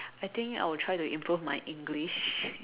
I think I will try to improve my English